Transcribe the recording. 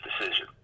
decision